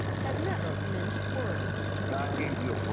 has never minced words god gave you and